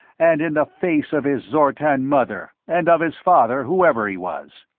and in the face of his zortan mother, and of his father, whoever he was!